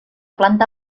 planta